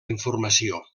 informació